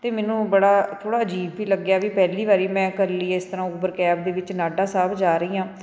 ਅਤੇ ਮੈਨੂੰ ਬੜਾ ਥੋੜ੍ਹਾ ਅਜੀਬ ਵੀ ਲੱਗਿਆ ਵੀ ਪਹਿਲੀ ਵਾਰੀ ਮੈਂ ਕੱਲੀ ਇਸ ਤਰਾਂ ਉਬਰ ਕੈਬ ਦੇ ਵਿੱਚ ਨਾਢਾ ਸਾਹਿਬ ਜਾ ਰਹੀ ਹਾਂ